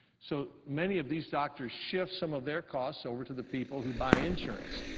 so many of these doctors shift some of their cost over to the people who buy insurance.